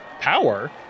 power